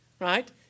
right